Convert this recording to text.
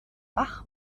bach